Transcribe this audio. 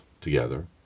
together